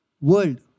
world